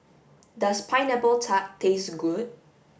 does pineapple tart taste good